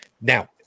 Now